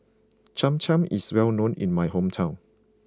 Cham Cham is well known in my hometown